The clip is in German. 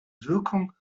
wirkung